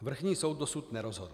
Vrchní soud dosud nerozhodl.